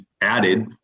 added